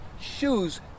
shoes